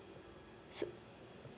so